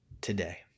today